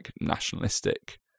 nationalistic